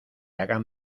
hagan